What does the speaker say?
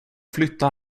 flyttar